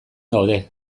gaude